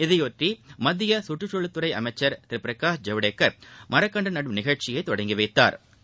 இதையொட்டி மத்திய கற்றுக்குழல்துறை அமைச்சர் திரு பிரகாஷ் ஜவடேக்கர் மரக்கன்று நடும் நிகழ்ச்சியை தொடங்கி வைத்தாா்